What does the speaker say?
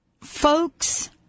Folks